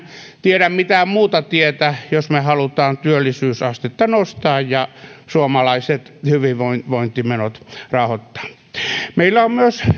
tiedä mitään muuta tietä jos me haluamme työllisyysastetta nostaa ja suomalaiset hyvinvointimenot rahoittaa meillä on myös